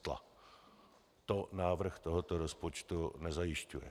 To návrh tohoto rozpočtu nezajišťuje.